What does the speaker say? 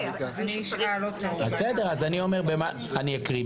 אני אקריא.